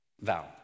vow